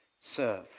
serve